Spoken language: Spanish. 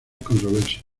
controversia